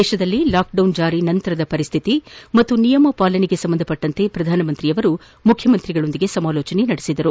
ದೇಶದಲ್ಲಿ ಲಾಕ್ಡೌನ್ ಜಾರಿ ನಂತರದ ಪರಿಸ್ಟಿತಿ ಹಾಗೂ ನಿಯಮ ಪಾಲನೆಗೆ ಸಂಬಂಧಿಸಿದಂತೆ ಪ್ರಧಾನಿ ಅವರು ಮುಖ್ಚಮಂತ್ರಿಗಳೊಂದಿಗೆ ಚರ್ಚಿಸಿದರು